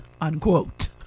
Unquote